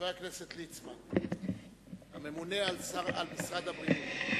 חבר הכנסת ליצמן, הממונה על משרד הבריאות,